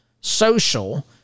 social